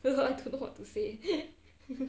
I don't know what to say